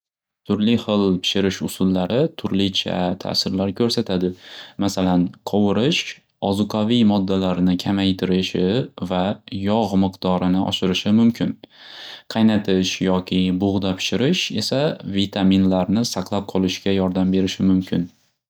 Turli xil pishirish usullari turlicha ta'sirlar ko'rsatadi. Masalan, qovurish ozuqaviy moddalarni kamaytirishi va yog' miqdorini oshirishi mumkin. Qaynatish yoki bug'da pishirish esa vitaminlarni saqlab qolishga yordam berishi mumkin.